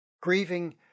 Grieving